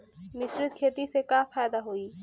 मिश्रित खेती से का फायदा होई?